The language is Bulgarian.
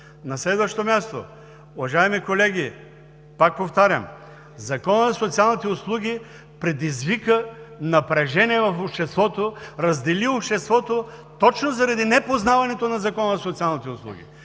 На следващо място, уважаеми колеги, пак повтарям, Законът за социалните услуги предизвика напрежение в обществото, раздели обществото точно заради непознаването на Закона за социалните услуги.